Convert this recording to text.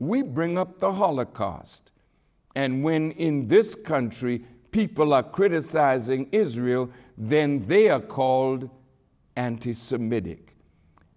we bring up the holocaust and when in this country people are criticizing israel then they are called anti semitic